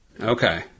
Okay